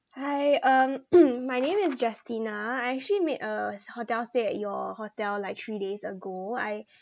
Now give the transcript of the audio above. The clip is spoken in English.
hi um my name is justina I actually made a hotel stay at your hotel like three days ago I